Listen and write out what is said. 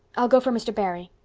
i'll go for mr. barry.